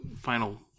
final